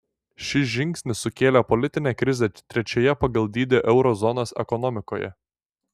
šis žingsnis sukėlė politinę krizę trečioje pagal dydį euro zonos ekonomikoje